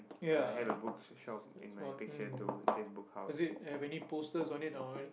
I have a bookshop in my picture too it says Book-House